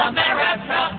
America